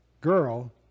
girl